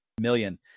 million